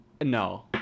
no